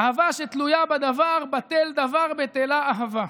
אהבה שתלויה בדבר, בטל דבר, בטלה אהבה.